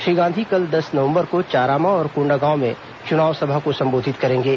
श्री गांधी कल दस नवंबर को चारामा और कोंडागांव में चुनाव सभा को संबोधित करेंगे